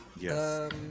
yes